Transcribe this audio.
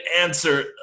answer